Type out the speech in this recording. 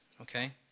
Okay